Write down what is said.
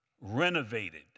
renovated